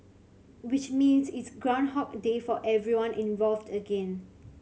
which means it's groundhog day for everyone involved again